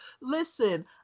Listen